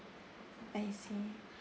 I see